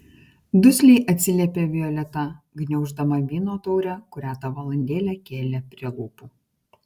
dusliai atsiliepė violeta gniauždama vyno taurę kurią tą valandėlę kėlė prie lūpų